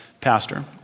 pastor